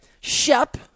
Shep